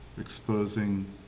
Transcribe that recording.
exposing